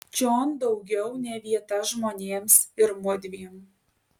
čion daugiau ne vieta žmonėms ir mudviem